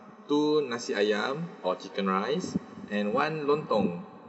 two nasi ayam or chicken rice and one lontong